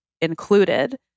included